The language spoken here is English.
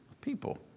people